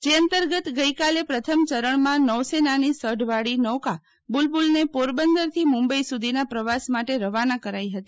જે અંતર્ગત આજે પ્રથમ ચરણમાં નૌસેનનાની સઢવાળી નૌકા બુલબુલને પોરબંદરથી મુંબઇ સુધીના પ્રવાસ માટે રવાના કરાઇ હતી